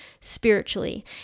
spiritually